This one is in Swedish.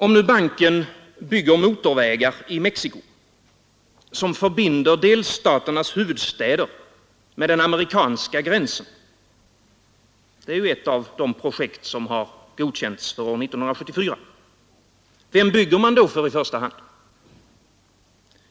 Om nu banken bygger motorvägar i Mexico som förbinder delstaternas huvudstäder med den amerikanska gränsen — det är ju ett av de projekt som har godkänts för år 1974 — vem bygger man då för i första hand?